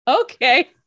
okay